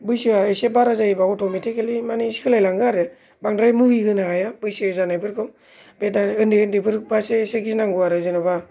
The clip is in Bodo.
बैसोआ एसे बारा जायोबा अटोमेटिकेलि सोलाइलाङो आरो बांद्राय मुहि होनो हाया बांद्राय बैसो जानायफोरखौ बे दा उन्दै उन्दैफोरबासो एसे गिनांगौ आरो जेनेबा